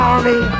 Army